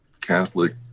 catholic